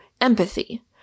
empathy